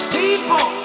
people